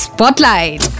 Spotlight